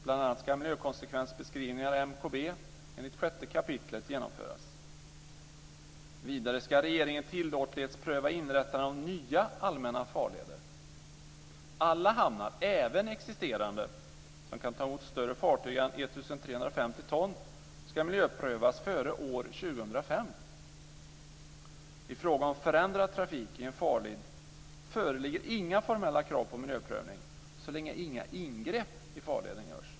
Bl.a. ska miljökonsekvensbeskrivningar, MKB, enligt 6 kap. genomföras. Vidare ska regeringen tillåtlighetspröva inrättandet av nya allmänna farleder. Alla hamnar, även existerande, som kan ta emot större fartyg än 1 350 ton ska miljöprövas före år 2005. I fråga om förändrad trafik i en farled föreligger inga formella krav på miljöprövning, så länge inga ingrepp i farleden görs.